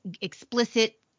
explicit